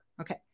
Okay